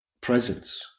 presence